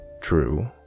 true